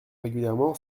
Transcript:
régulièrement